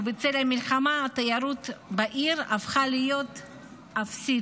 ובצל המלחמה התיירות בעיר הפכה להיות אפסית.